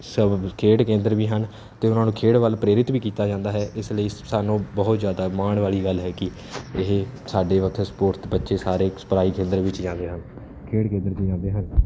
ਸਭ ਖੇਡ ਕੇਂਦਰ ਵੀ ਹਨ ਅਤੇ ਉਹਨਾਂ ਨੂੰ ਖੇਡ ਵੱਲ ਪ੍ਰੇਰਿਤ ਵੀ ਕੀਤਾ ਜਾਂਦਾ ਹੈ ਇਸ ਲਈ ਸ ਸਾਨੂੰ ਬਹੁਤ ਜ਼ਿਆਦਾ ਮਾਣ ਵਾਲੀ ਗੱਲ ਹੈ ਕਿ ਇਹ ਸਾਡੇ ਉੱਥੇ ਸਪੋਰਟਸ ਬੱਚੇ ਸਾਰੇ ਸਿਖਲਾਈ ਕੇਂਦਰ ਵਿੱਚ ਜਾਂਦੇ ਹਨ ਖੇਡ ਕੇਂਦਰ 'ਚ ਜਾਂਦੇ ਹਨ